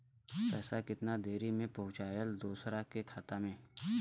पैसा कितना देरी मे पहुंचयला दोसरा के खाता मे?